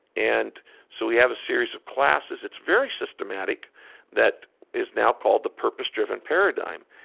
and so we have a series of classes it's very systematic that is now called the purpose driven paradigm.